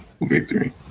victory